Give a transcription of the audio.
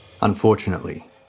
Unfortunately